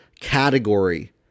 category